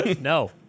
No